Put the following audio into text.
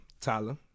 Tyler